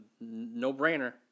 no-brainer